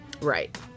Right